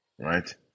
right